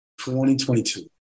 2022